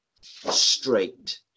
straight